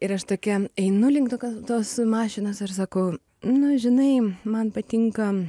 ir aš tokia einu link to tos mašinos ir sakau nu žinai man patinka